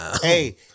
Hey